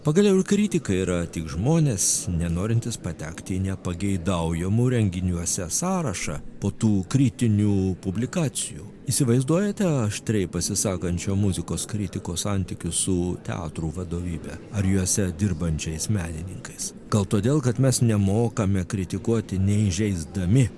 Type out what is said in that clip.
pagaliau ir kritikai yra tik žmonės nenorintys patekti į nepageidaujamų renginiuose sąrašą po tų kritinių publikacijų įsivaizduojate aštriai pasisakančio muzikos kritiko santykius su teatrų vadovybe ar juose dirbančiais menininkais gal todėl kad mes nemokame kritikuoti neįžeisdami